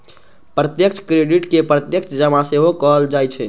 प्रत्यक्ष क्रेडिट कें प्रत्यक्ष जमा सेहो कहल जाइ छै